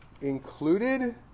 included